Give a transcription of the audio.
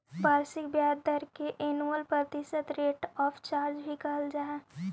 वार्षिक ब्याज दर के एनुअल प्रतिशत रेट ऑफ चार्ज भी कहल जा हई